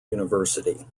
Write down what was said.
university